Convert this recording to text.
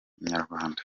inyarwanda